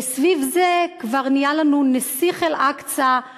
וסביב זה כבר נהיה לנו נסיך אל-אקצא,